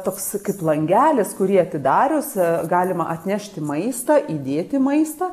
toks kaip langelis kurį atidarius galima atnešti maisto įdėti maisto